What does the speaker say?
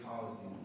policies